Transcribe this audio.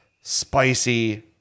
spicy